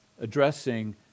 addressing